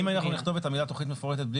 אם אנחנו נכתוב את המילה תכנית מפורטת בלי